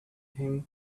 him